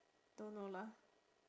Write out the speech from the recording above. don't know lah